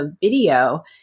video